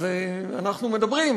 אז אנחנו מדברים,